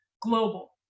global